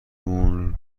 مون